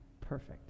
perfect